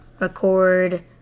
record